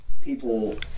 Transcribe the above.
people